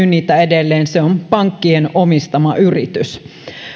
niitä edelleen ja se on pankkien omistama yritys